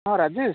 ହଁ ରାଜେଶ